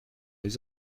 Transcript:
les